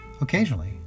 Occasionally